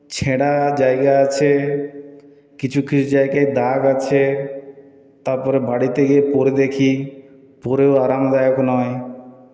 ছেঁড়া জায়গা আছে কিছু কিছু জায়গায় দাগ আছে তারপরে বাড়িতে গিয়ে পরে দেখি পরেও আরামদায়ক নয়